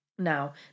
now